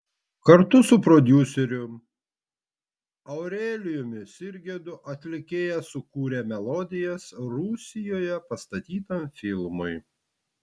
kartu su prodiuseriu aurelijumi sirgedu atlikėja sukūrė melodijas rusijoje pastatytam filmui